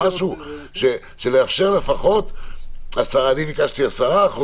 לאפשר לפחות - אני ביקשתי 10%,